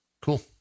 Cool